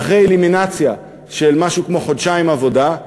ואחרי אלימינציה של משהו כמו חודשיים עבודה,